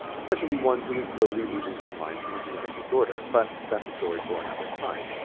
especially one who is slowly loosing his mind from a genetic disorder, but that's a story for another time.